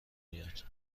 میاد